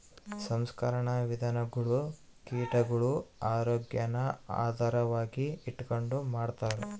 ಸಂಸ್ಕರಣಾ ವಿಧಾನಗುಳು ಕೀಟಗುಳ ಆರೋಗ್ಯಾನ ಆಧಾರವಾಗಿ ಇಟಗಂಡು ಮಾಡ್ತಾರ